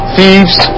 Thieves